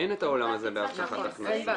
אין את העולם הזה בהבטחת הכנסה.